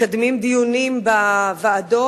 מקדמים דיונים בוועדות,